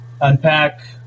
unpack